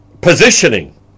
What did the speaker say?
positioning